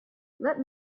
let